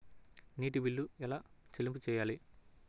నీటి బిల్లు ఎలా చెల్లింపు చేయాలి?